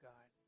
God